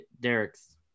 Derek's